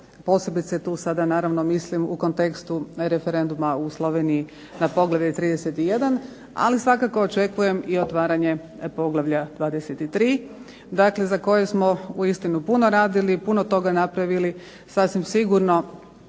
posebice tu sada naravno mislim u kontekstu referenduma u Sloveniji na poglavlje 31, ali svakako očekujem i otvaranje poglavlja 23., dakle za koje smo uistinu puno radili, puno toga napravili, sasvim sigurno